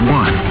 one